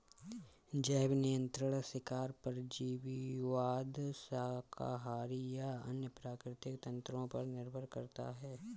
जैव नियंत्रण शिकार परजीवीवाद शाकाहारी या अन्य प्राकृतिक तंत्रों पर निर्भर करता है